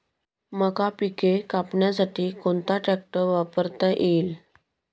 मका पिके कापण्यासाठी कोणता ट्रॅक्टर वापरता येईल?